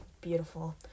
beautiful